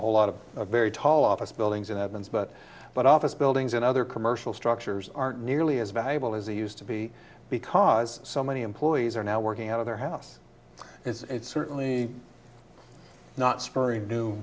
a whole lot of a very tall office buildings in adams but but office buildings and other commercial structures aren't nearly as valuable as they used to be because so many employees are now working out of their house it's certainly not spurring